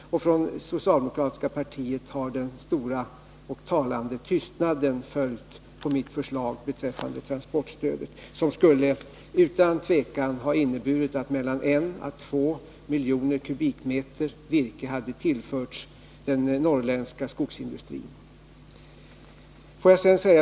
Från socialdemokratiska partiet har den stora och talande tystnaden följt på mitt förslag beträffande transportstödet, som utan tvivel skulle ha inneburit att mellan 1 och 2 miljoner kubikmeter virke tillförts den norrländska skogsindustrin.